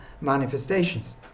manifestations